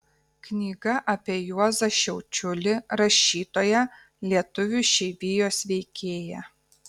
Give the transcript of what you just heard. knyga apie juozą šiaučiulį rašytoją lietuvių išeivijos veikėją